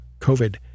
COVID